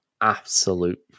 absolute